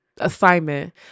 assignment